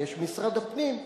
ויש משרד הפנים.